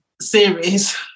series